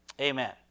Amen